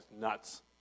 nuts